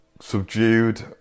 subdued